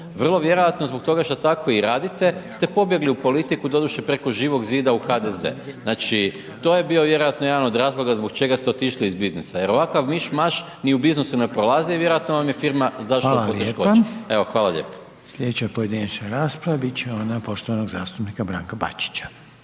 Vrlo vjerojatno zbog toga što tako i radite ste pobjegli u politiku, doduše preko Živog zida u HDZ, znači to je bio vjerojatno jedan od razloga zbog čega ste otišli iz biznisa jer ovakav miš-maš ni u biznisu ne prolazi i vjerojatno vam je firma zašla u poteškoće. Evo hvala lijepa. **Reiner, Željko (HDZ)** Hvala lijepa. Slijedeća pojedinačna rasprava bit će ona poštovanog zastupnika Branka Bačića.